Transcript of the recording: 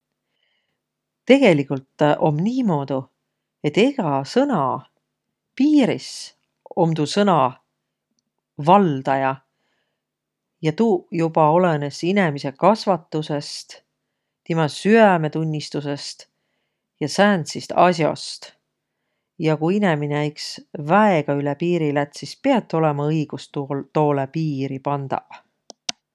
Tegeligult om niimuudu, et egä sõna piiris om tuu sõna valdaja. Ja tuu joba olõnõs inemise kasvatusõst, timä süämetunnistusõst ja sääntsist as'ost. Ja ku inemine iks väega üle piiri lätt, sis piät olõma õigul tuul- toolõ piiri pandaq.